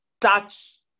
touch